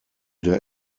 der